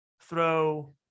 throw